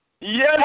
yes